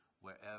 wherever